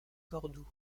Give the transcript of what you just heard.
cordoue